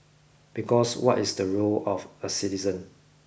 because what is the role of a citizen